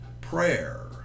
prayer